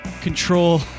control